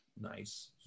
Nice